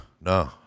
No